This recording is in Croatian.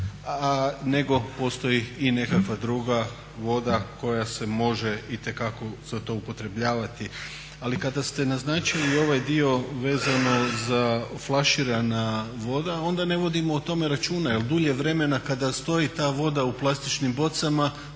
nego postoji i nekakva druga voda koja se može itekako za to upotrebljavati. Ali kada ste naznačili ovaj dio vezano za flaširanu vodu onda ne vodimo o tome računa, jer dulje vremena kada stoji ta voda u plastičnim bocama